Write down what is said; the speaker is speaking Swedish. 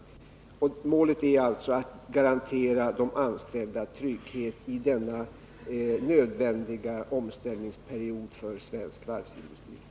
Målet är att garantera de anställda trygghet i denna nödvändiga omställningsperiod för svensk varvsindustri.